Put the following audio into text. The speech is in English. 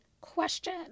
question